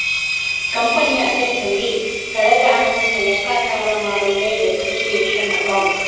ಕಂಪನಿಯ ಅಸೆಟ್ಸ್ ನಲ್ಲಿ ಕಳೆದ ಹಣವನ್ನು ಲೆಕ್ಕಚಾರ ಮಾಡುವುದೇ ಡಿಪ್ರಿಸಿಯೇಶನ್ ಅಕೌಂಟ್